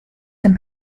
dem